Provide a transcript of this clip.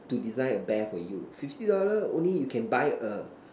to design a bear for you fifty dollar only you can buy a